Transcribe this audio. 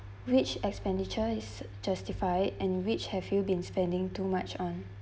which expenditure is justified and which have you been spending too much on